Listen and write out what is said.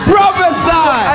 Prophesy